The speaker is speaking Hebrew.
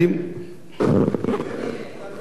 א'.